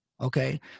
okay